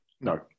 No